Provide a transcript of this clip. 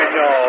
no